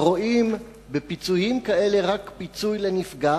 הרואים בפיצויים כאלה לא רק פיצוי לנפגע